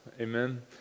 Amen